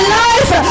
life